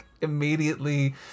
Immediately